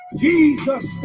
Jesus